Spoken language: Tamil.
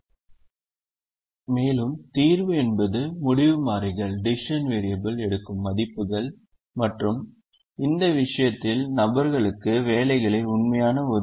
மீண்டும் தீர்வு என்பது முடிவு மாறிகள் எடுக்கும் மதிப்புகள் மற்றும் இந்த விஷயத்தில் நபர்களுக்கு வேலைகளின் உண்மையான ஒதுக்கீடு